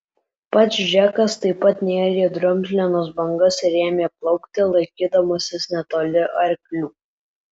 pats džekas taip pat nėrė į drumzlinas bangas ir ėmė plaukti laikydamasis netoli arklių